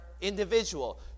individual